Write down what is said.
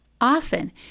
Often